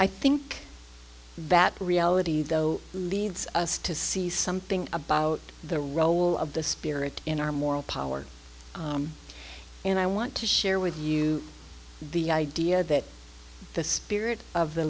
i think that reality though leads us to see something about the role of the spirit in our moral power and i want to share with you the idea that the spirit of the